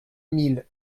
mille